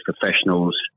professionals